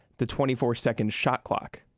the twenty four second shot clock